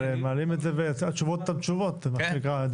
אבל מעלים את זה והתשובות הן אותן תשובות מה שנקרא.